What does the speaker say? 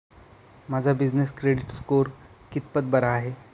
माझा business credit score कितपत बरा आहे?